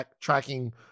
tracking